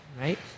right